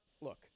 Look